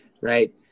right